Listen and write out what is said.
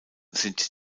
sind